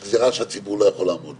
אנחנו בדיון על הסתייגויות על חוק המטרו.